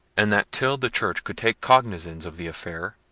and that till the church could take cognisance of the affair,